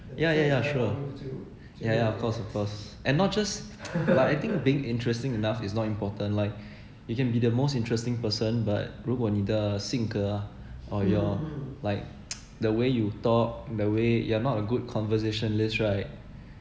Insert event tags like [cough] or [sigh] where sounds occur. yeah yeah sure yeah yeah of course of course and not just [noise] like I think being interesting enough is not important like you can be the most interesting person but 如果你的性格 ah or your like [noise] the way you talk the way you're not a good conversationalist right